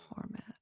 format